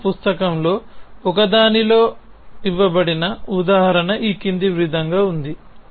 వచన పుస్తకంలో ఒకదానిలో ఇవ్వబడిన ఉదాహరణ ఈ క్రింది విధంగా ఉంది